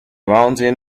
mountain